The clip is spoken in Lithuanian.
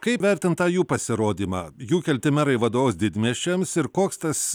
kaip vertint tą jų pasirodymą jų kelti merai vadovaus didmiesčiams ir koks tas